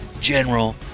General